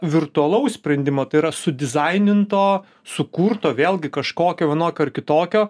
virtualaus sprendimo tai yra sudizaininto sukurto vėlgi kažkokio vienokio ar kitokio